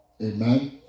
amen